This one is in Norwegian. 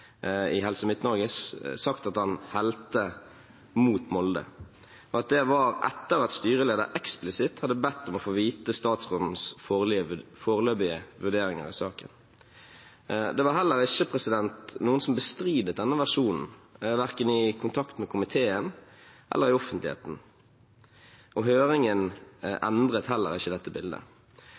sagt at han helte mot Molde. Det var etter at styreleder eksplisitt hadde bedt om å få vite statsrådens foreløpige vurderinger i saken. Det var heller ikke noen som bestred denne versjonen, verken i kontakt med komiteen eller i offentligheten, og høringen endret heller ikke dette bildet.